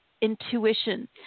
intuition